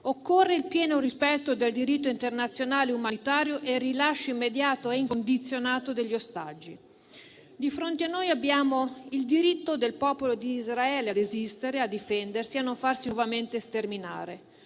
Occorre il pieno rispetto del diritto internazionale umanitario e il rilascio immediato e incondizionato degli ostaggi. Di fronte a noi abbiamo il diritto del popolo di Israele ad esistere, a difendersi e a non farsi nuovamente sterminare